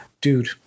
dude